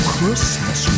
Christmas